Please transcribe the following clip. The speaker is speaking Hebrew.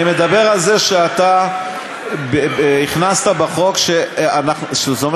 אני מדבר על זה שאתה הכנסת בחוק שזה אומר